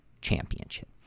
championship